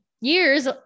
years